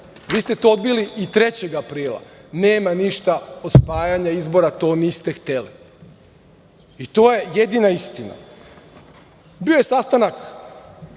Vi ste to odbili i 3. aprila. Nema ništa od spajanja izbora, to niste hteli i to je jedina istina. Bio je sastanak